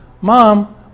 mom